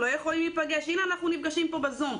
הנה אנחנו נפגשים פה בזום.